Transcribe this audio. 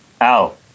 Al